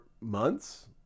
Months